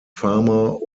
farmer